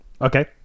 Okay